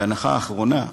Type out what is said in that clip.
והנחה אחרונה,